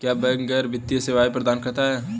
क्या बैंक गैर वित्तीय सेवाएं प्रदान करते हैं?